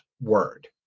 Word